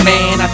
Man